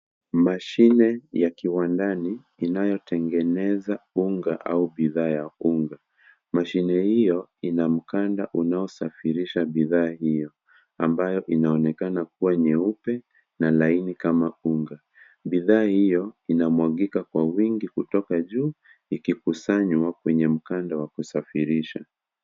Mashine ya kiwandani inayotengeneza unga au bidhaa ya unga mashine hiyo inamkanda unao safirisha bidhaa hiyo ambayo inaonekana kuwa nyeupe na laini kama unga, bidhaa hiyo inamwagika kwa wingi kutoka juu ikikusanywa kwenye mkanda wa kusafirisha.